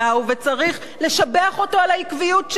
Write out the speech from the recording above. וצריך לשבח אותו על העקביות שלו,